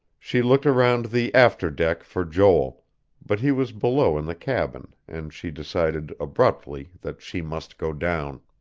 she looked around the after deck for joel but he was below in the cabin, and she decided, abruptly, that she must go down.